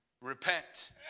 Repent